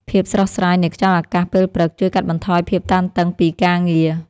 ភាពស្រស់ស្រាយនៃខ្យល់អាកាសពេលព្រឹក ជួយកាត់បន្ថយភាពតានតឹងពីការងារ។